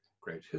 great